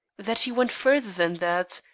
that he went further than that,